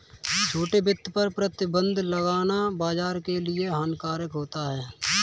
छोटे वित्त पर प्रतिबन्ध लगाना बाज़ार के लिए हानिकारक होता है